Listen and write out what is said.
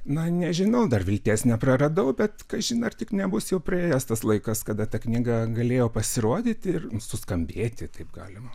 na nežinau dar vilties nepraradau bet kažin ar tik nebus jau praėjęs tas laikas kada ta knyga galėjo pasirodyti ir suskambėti taip galima